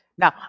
now